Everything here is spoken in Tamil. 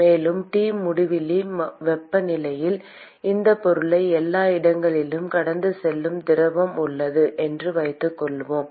மேலும் T முடிவிலி வெப்பநிலையில் இந்த பொருளை எல்லா இடங்களிலும் கடந்து செல்லும் திரவம் உள்ளது என்று வைத்துக்கொள்வோம்